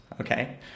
Okay